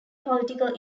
political